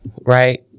right